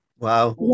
wow